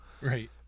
right